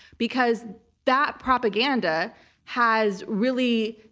because that propaganda has really